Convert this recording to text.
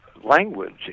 language